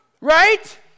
Right